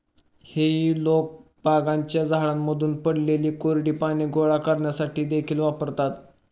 हेई लोक बागांच्या झाडांमधून पडलेली कोरडी पाने गोळा करण्यासाठी देखील वापरतात